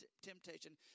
temptation